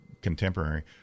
contemporary